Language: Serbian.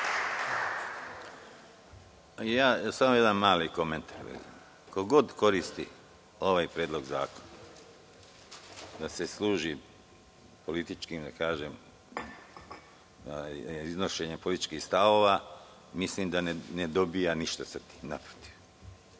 Samo jedan mali komentar. Ko god koristi ovaj predlog zakona da se služi iznošenjem političkih stavova, mislim da ne dobija ništa sa tim, naprotiv.